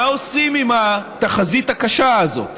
מה עושים עם התחזית הקשה הזאת?